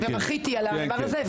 ובכיתי על הדבר הזה,